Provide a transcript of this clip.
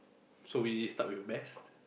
so we start with your best